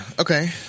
Okay